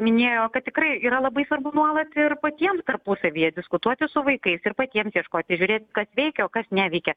minėjo kad tikrai yra labai svarbu nuolat ir patiems tarpusavyje diskutuoti su vaikais ir patiems ieškoti žiūrėt kad veikia o kas neveikia